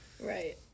Right